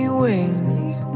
wings